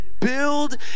build